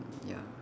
ya